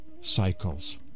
cycles